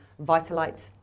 Vitalite